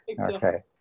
Okay